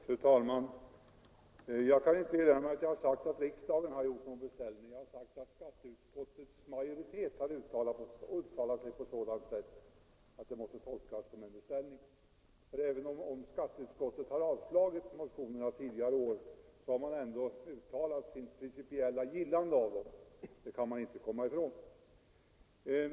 Fru talman! Jag kan inte erinra mig att jag har sagt att riksdagen har gjort någon beställning. Jag har sagt att skatteutskottets majoritet har uttalat sig på sådant sätt att det måste tolkas som en beställning. Även om skatteutskottet har avstyrkt motionerna tidigare år, har det ändå uttalat sitt principiella gillande av dem — det kan man inte komma ifrån.